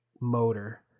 motor